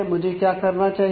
मुझे क्या करना चाहिए